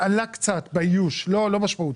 עלה קצת, באיוש, לא משמעותי,